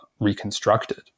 reconstructed